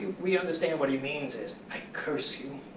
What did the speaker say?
we understand what he means is, i curse you.